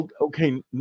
okay